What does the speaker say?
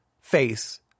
face